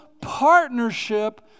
partnership